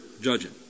judging